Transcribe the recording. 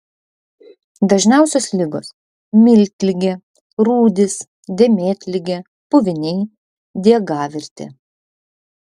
dažniausios ligos miltligė rūdys dėmėtligė puviniai diegavirtė